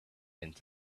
into